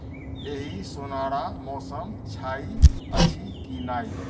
एहि सुनहरा मौसम छै अछि कि नहि